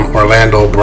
Orlando